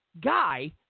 guy